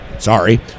sorry